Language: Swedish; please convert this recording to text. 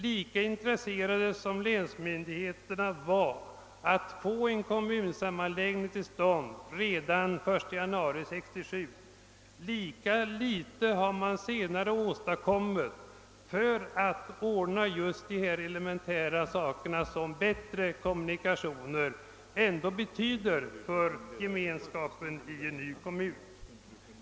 Länsmyndigheterna var mycket intresserade att få en kommunsammanläggning till stånd redan den 1 januari 1967, men därefter har man åstadkommit mycket litet för att ordna just sådana elementära saker som bättre kommunikationer, något som ändå betyder mycket för gemenskapen i en ny kommun.